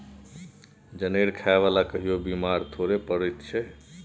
जनेर खाय बला कहियो बेमार थोड़े पड़ैत छै